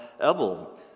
Ebel